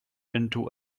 into